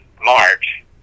March